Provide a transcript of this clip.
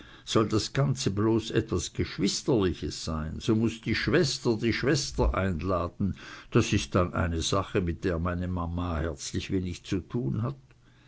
soll das ganze bloß etwas geschwisterliches sein so muß die schwester die schwester einladen das ist dann eine sache mit der meine mama herzlich wenig zu tun hat